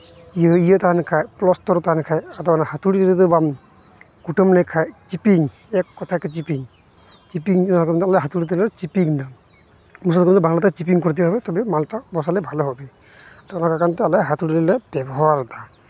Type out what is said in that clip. ᱤᱭᱟᱹ ᱛᱟᱦᱮᱱ ᱠᱷᱟᱡ ᱯᱞᱚᱥᱴᱚᱨ ᱛᱟᱦᱮᱱ ᱠᱷᱟᱡ ᱟᱫᱚ ᱚᱱᱟ ᱦᱟᱹᱛᱩᱲᱤ ᱛᱮᱫᱚ ᱵᱟᱢ ᱠᱩᱴᱟᱹᱢ ᱞᱮᱠᱷᱟᱡ ᱪᱤᱯᱤᱝ ᱮᱠ ᱠᱚᱛᱷᱟᱛᱮ ᱪᱤᱯᱤᱝ ᱪᱤᱯᱤᱝ ᱦᱟᱹᱛᱩᱲᱤ ᱛᱮᱞᱮ ᱪᱤᱯᱤᱝᱮᱫᱟ ᱩᱱ ᱥᱚᱢᱚᱭ ᱠᱚ ᱞᱟᱹᱭᱟ ᱵᱟᱝᱞᱟᱛᱮ ᱪᱤᱯᱤᱝ ᱠᱚᱨᱛᱮ ᱦᱚᱵᱮ ᱛᱚᱵᱮ ᱢᱟᱞᱴᱟ ᱵᱚᱥᱟᱞᱮ ᱵᱷᱟᱞᱳ ᱦᱚᱵᱮ ᱛᱚ ᱚᱱᱟ ᱞᱮᱠᱟᱛᱮ ᱟᱞᱮ ᱦᱟᱹᱛᱩᱲᱤᱞᱮ ᱵᱮᱵᱚᱦᱟᱨᱮᱫᱟ